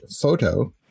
photo